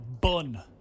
Bun